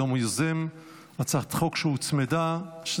שהוא גם יוזם הצעת חוק שמוזגה.